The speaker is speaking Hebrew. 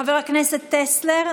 חבר הכנסת טסלר.